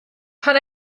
pan